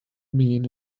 mean